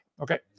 Okay